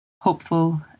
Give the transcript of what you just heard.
hopeful